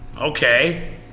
Okay